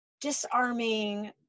disarming